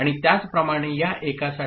आणि त्याचप्रमाणे या एकासाठी